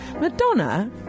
Madonna